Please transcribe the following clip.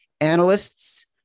analysts